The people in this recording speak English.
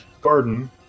garden